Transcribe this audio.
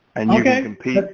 and you can compete.